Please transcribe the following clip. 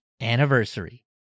anniversary